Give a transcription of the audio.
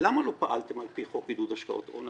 למה לא פעלתם על פי חוק עידוד השקעות הון?